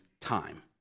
time